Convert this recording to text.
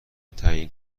تعیین